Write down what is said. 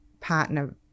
partner